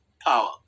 power